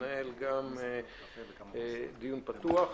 לנהל גם דיון פתוח.